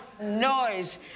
noise